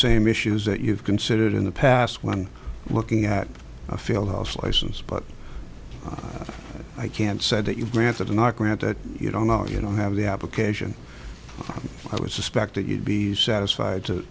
same issues that you've considered in the past when looking at a field house license but i can't said that you granted or not granted you don't know you don't have the application i would suspect that you'd be satisfied to